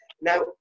Now